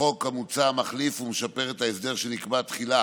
החוק המוצע מחליף ומשפר את ההסדר שנקבע תחילה